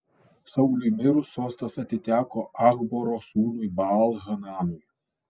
sauliui mirus sostas atiteko achboro sūnui baal hananui